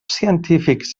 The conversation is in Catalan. científics